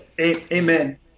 Amen